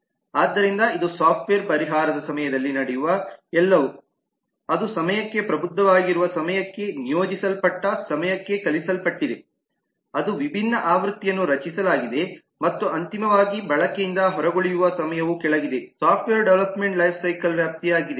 ಆದ್ದರಿಂದ ಇದು ಸಾಫ್ಟ್ವೇರ್ ಪರಿಹಾರದ ಸಮಯದಲ್ಲಿ ನಡೆಯುವ ಎಲ್ಲವೂ ಅದು ಸಮಯಕ್ಕೆ ಪ್ರಬುದ್ಧವಾಗಿರುವ ಸಮಯಕ್ಕೆ ನಿಯೋಜಿಸಲ್ಪಟ್ಟ ಸಮಯಕ್ಕೆ ಕಲ್ಪಿಸಲ್ಪಟ್ಟಿದೆ ಅದು ವಿಭಿನ್ನ ಆವೃತ್ತಿಯನ್ನು ರಚಿಸಲಾಗಿದೆ ಮತ್ತು ಅಂತಿಮವಾಗಿ ಬಳಕೆಯಿಂದ ಹೊರಗುಳಿಯುವ ಸಮಯವು ಕೆಳಗಿದೆ ಸಾಫ್ಟ್ವೇರ್ ಡೆವಲಪ್ಮೆಂಟ್ ಲೈಫ್ಸೈಕಲ್ ವ್ಯಾಪ್ತಿಯಾಗಿದೆ